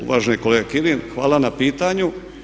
Uvaženi kolega Kirin, hvala na pitanju.